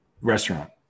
restaurant